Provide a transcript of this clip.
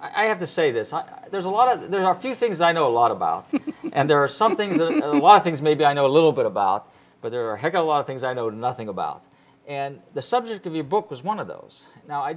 i have to say this there's a lot of there are few things i know a lot about and there are some things that i think maybe i know a little bit about for there are a heck of a lot of things i know nothing about and the subject of your book was one of those now i